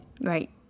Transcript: Right